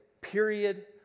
period